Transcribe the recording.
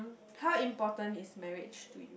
how important is marriage to you